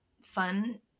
fun